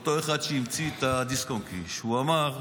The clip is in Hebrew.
אותו אחד שהמציא את הדיסק און-קי, הוא אמר: